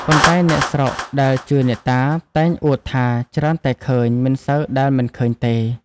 ប៉ុន្តែអ្នកស្រុកដែលជឿអ្នកតា តែងអួតថា ច្រើនតែឃើញ មិនសូវដែលមិនឃើញទេ ។